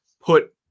put